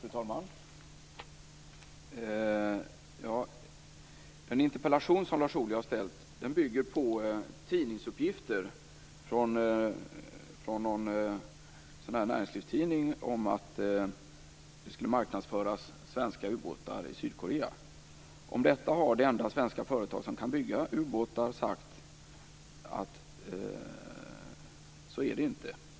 Fru talman! Den interpellation som Lars Ohly har framställt bygger på tidningsuppgifter från en näringslivstidning om att det skulle marknadsföras svenska ubåtar i Sydkorea. Om detta har det enda svenska företag som kan bygga ubåtar sagt att så är det inte.